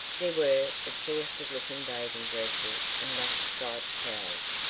there were exhausted-looking bathing-dresses and rough striped towels.